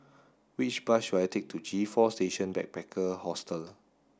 which bus should I take to G four Station Backpacker Hostel